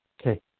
Okay